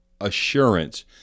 assurance